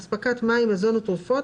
אספקת מים מזון ותרופות,